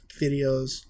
videos